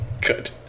Good